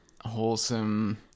wholesome